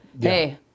hey